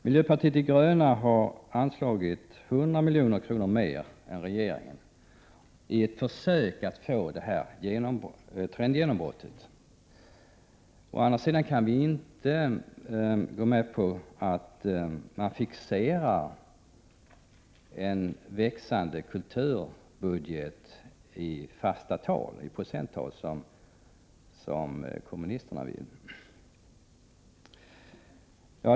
Miljöpartiet de gröna har föreslagit 100 miljoner mer än regeringen i ett försök att få detta trendgenombrott. Å andra sidan kan vi inte gå med på att fixera en växande kulturbudget i fasta procenttal, som kommunisterna vill.